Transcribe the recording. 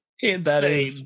insane